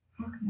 Okay